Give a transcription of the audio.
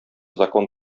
закон